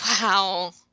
Wow